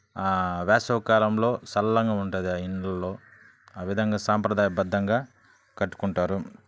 వేసవి కాలంలో చల్లగా ఉంటుంది ఆ ఇళ్ళలో ఆ విధంగా సాంప్రదాయబద్ధంగా కట్టుకుంటారు